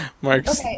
Mark's